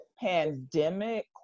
pandemic